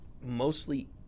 mostly